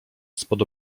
spod